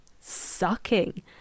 sucking